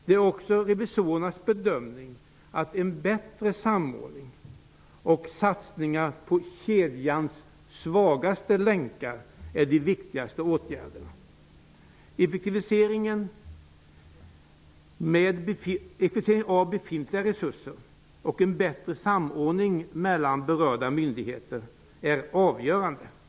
Det är också revisorernas bedömning att en bättre samordning och satsningar på kedjans svagaste länkar är de viktigaste åtgärderna. Effektiviseringen av befintliga resurser och en bättre samordning mellan berörda myndigheter är av avgörande betydelse.